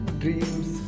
dreams